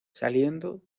saliendo